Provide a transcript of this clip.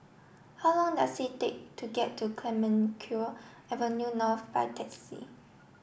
how long does it take to get to Clemenceau Avenue North by taxi